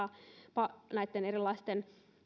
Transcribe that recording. näitten erilaisten